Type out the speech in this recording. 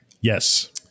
Yes